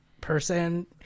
person